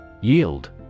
Yield